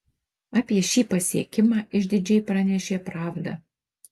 apie šį pasiekimą išdidžiai pranešė pravda